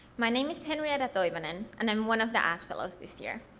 my name is henrietta toivanen, and i'm one of the ath fellows this year.